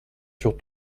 sur